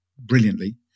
brilliantly